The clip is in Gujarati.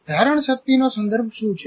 ધારણશક્તિનો સંદર્ભ શું છે